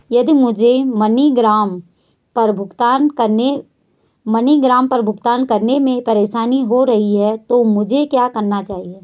यदि मुझे मनीग्राम पर भुगतान करने में परेशानी हो रही है तो मुझे क्या करना चाहिए?